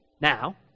now